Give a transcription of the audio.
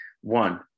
one